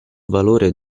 valore